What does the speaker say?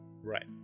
Right